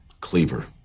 cleaver